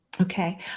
Okay